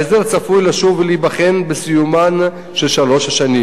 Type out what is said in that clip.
ההסדר צפוי לשוב ולהיבחן בסיומן של שלוש השנים